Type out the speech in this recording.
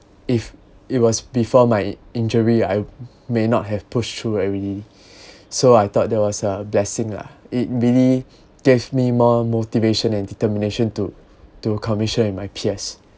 if it was before my injury I may not have pushed through already so I thought that was a blessing lah it really gave me more motivation and determination to to commission in my peers